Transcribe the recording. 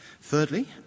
Thirdly